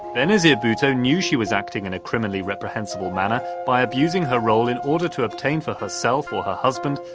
benazir bhutto knew she was acting in a criminally reprehensible manner by abusing her role in order to obtain for herself or her husband,